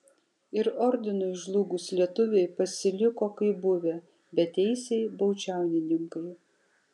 ir ordinui žlugus lietuviai pasiliko kaip buvę beteisiai baudžiauninkai